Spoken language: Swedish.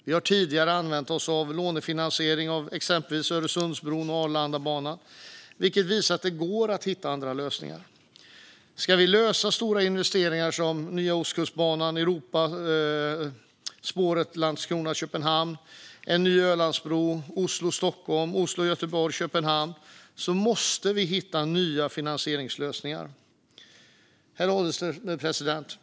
Vi har tidigare använt oss av lånefinansiering av exempelvis Öresundsbron och Arlandabanan, vilket visar att det går att hitta andra lösningar. Ska vi lösa stora investeringar som Nya Ostkustbanan, Europaspåret Landskrona-Köpenhamn, en ny Ölandsbro, Oslo-Stockholm och Oslo-Göteborg-Köpenhamn måste vi hitta nya finansieringslösningar. Herr ålderspresident!